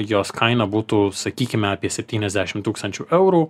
jos kaina būtų sakykime apie septyniasdešim tūkstančių eurų